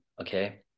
okay